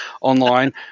online